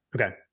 Okay